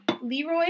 Leroy